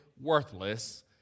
worthless